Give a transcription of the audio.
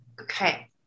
Okay